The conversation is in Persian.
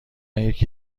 یکی